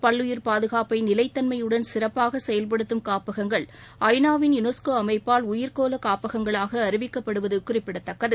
பல்லுயிர் பாதுகாப்பை நிலைத்தன்மயுடன் சிறப்பாக செயல்படுத்தும் காப்பகங்கள் ஐ நா வின் யுனஸ்கோ அமைப்பால் உயிர்க்கோள காப்பகங்களாக அறிவிக்கப்படுவது குறிப்பிடத்தக்கது